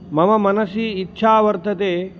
मम मनसि इच्छा वर्तते